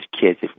kids